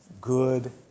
good